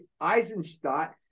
Eisenstadt